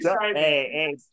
Hey